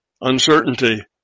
uncertainty